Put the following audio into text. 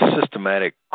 systematic